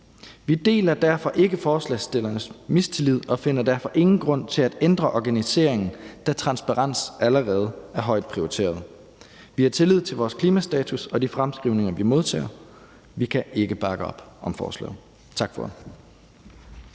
Vi deler derfor ikke forslagsstillernes mistillid og finder derfor ingen grund til at ændre organiseringen, da transparens allerede er højt prioriteret. Vi har tillid til de klimastatusser og -fremskrivninger, vi modtager. Vi kan ikke bakke op om forslaget. Tak for